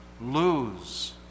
lose